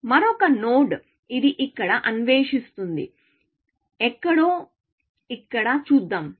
మరొక నోడ్ ఇది ఇక్కడ అన్వేషిస్తుంది ఎక్కడో ఇక్కడ చూద్దాం